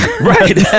Right